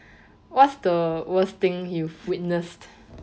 what's the worst thing you've witnessed